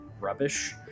rubbish